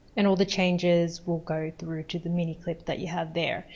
and all the changes will go through to the mini clip that you have there.